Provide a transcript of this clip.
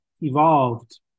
evolved